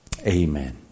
Amen